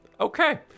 okay